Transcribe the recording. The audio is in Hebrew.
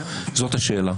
זאת השאלה.